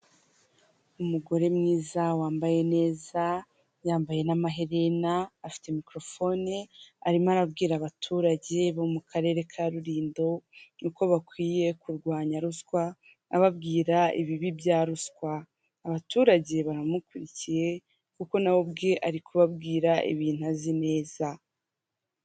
Umugore mwiza wambaye neza ,yambaye n'amaherena afite mikorofone arimo arabwira abaturage bo mu karere ka Rulindo uko bakwiye kurwanya ruswa, ababwira ibibi bya ruswa .Abaturage baramukurikiye kuko nawe ubwe ari kubabwira ibintu azi neza.